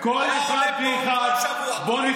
היה עומד פה כל שבוע, כל אחת ואחד.